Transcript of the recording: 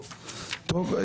טוב,